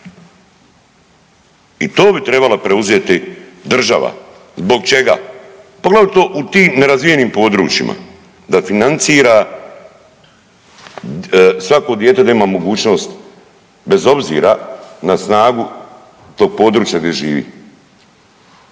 I to bi trebala preuzeti država. Zbog čega? Poglavito u tim nerazvijenim područjima da financira svako dijete da ima mogućnost bez obzira na snagu tog područja gdje živi.